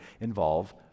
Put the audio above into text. involve